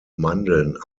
mandeln